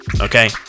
Okay